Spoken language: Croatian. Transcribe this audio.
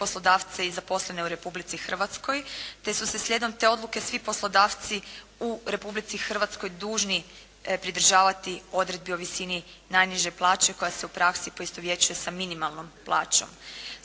poslodavce i zaposlene u Republici Hrvatskoj, te su slijedom te odluke svi poslodavci u Republici Hrvatskoj dužni pridržavati odredbi o visini najniže plaće koja se u praksi poistovjećuje sa minimalnom plaćom.